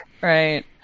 Right